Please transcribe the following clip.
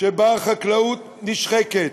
שבה החקלאות נשחקת,